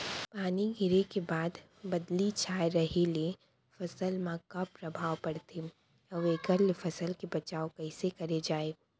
पानी गिरे के बाद बदली छाये रहे ले फसल मा का प्रभाव पड़थे अऊ एखर ले फसल के बचाव कइसे करे जाये?